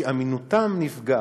כי אמינותן נפגעת.